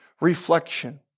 reflection